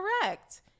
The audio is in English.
correct